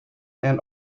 and